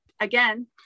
again